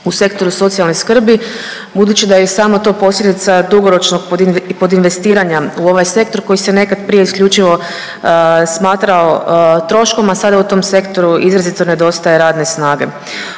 u sektoru socijalne skrbi budući da je i samo to posljedica dugoročnog pod investiranja u ovaj sektor koji se nekad prije isključivo smatrao troškom, a sada u tom sektoru izrazito nedostaje radne snage.